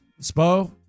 Spo